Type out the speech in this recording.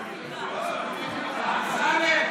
אה,